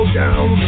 down